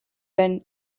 been